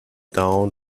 down